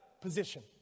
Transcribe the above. position